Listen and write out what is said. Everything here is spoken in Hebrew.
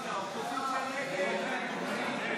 כשהוא כבר בעל משרד עורכי דין מוערך ומוכר בירושלים,